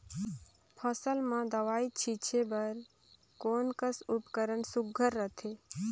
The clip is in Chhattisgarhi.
फसल म दव ई छीचे बर कोन कस उपकरण सुघ्घर रथे?